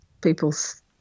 people's